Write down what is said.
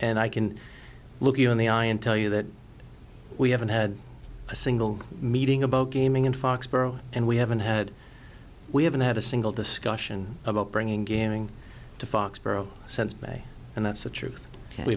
and i can look you in the eye and tell you that we haven't had a single meeting about gaming in foxboro and we haven't had we haven't had a single discussion about bringing gaming to foxborough sense bay and that's the truth we